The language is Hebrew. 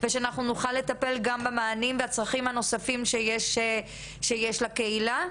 ושאנחנו נוכל לטפל גם במענים והצרכים הנוספים שיש לקהילה.